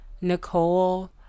Nicole